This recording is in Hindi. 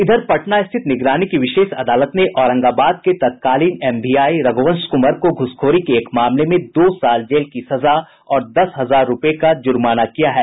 इधर पटना स्थित निगरानी की विशेष अदालत ने औरंगाबाद के तत्कालीन एमवीआई रघुवंश कुंवर को घूसखोरी के एक मामले में दो साल जेल की सजा और दस हजार रूपये का जुर्माना किया है